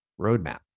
roadmap